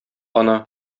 ана